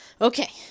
Okay